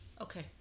Okay